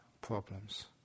problems